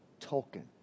Tolkien